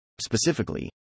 Specifically